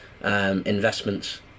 investments